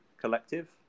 Collective